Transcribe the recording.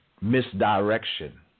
misdirection